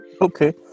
okay